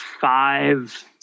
five